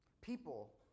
People